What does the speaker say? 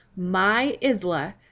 myisla